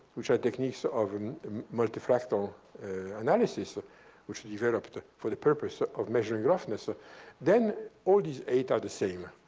which are techniques of and multi-fractal analysis ah which is developed for the purpose ah of measuring roughness, ah then all these eight are the same.